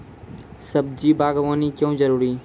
सब्जी बागवानी क्यो जरूरी?